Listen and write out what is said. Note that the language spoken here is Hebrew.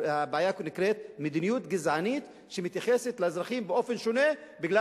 הבעיה נקראת מדיניות גזענית שמתייחסת לאזרחים באופן שונה מפני